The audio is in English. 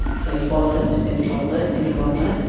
so you bottle it and you bottle it and you bottle it,